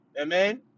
Amen